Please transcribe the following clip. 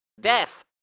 Death